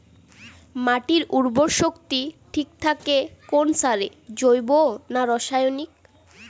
মাটির উর্বর শক্তি ঠিক থাকে কোন সারে জৈব না রাসায়নিক?